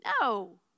No